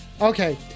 Okay